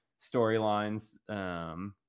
storylines